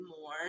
more